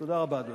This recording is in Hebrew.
תודה רבה, אדוני.